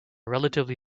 relatively